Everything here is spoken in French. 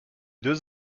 deux